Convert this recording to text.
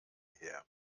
her